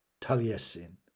Taliesin